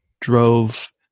drove